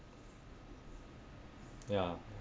ya